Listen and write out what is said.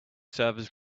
servers